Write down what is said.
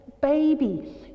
baby